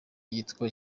yitwa